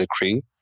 decree